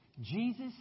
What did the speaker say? Jesus